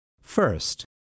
First